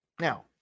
Now